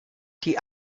die